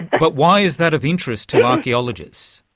but why is that of interest to archaeologists?